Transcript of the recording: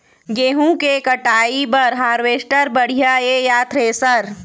गेहूं के कटाई बर हारवेस्टर बढ़िया ये या थ्रेसर?